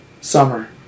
summer